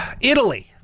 Italy